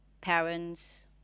parents